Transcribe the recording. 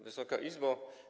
Wysoka Izbo!